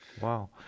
Wow